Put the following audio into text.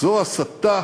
זו הסתה